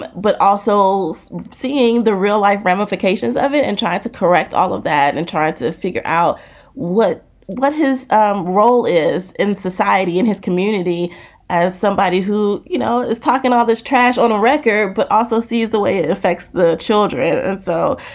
but but also seeing the real life ramifications of it and try to correct all of that and try to figure out what what his role is in society and his community as somebody who, you know, is talking all this trash on a record. but also see the way it affects children, though,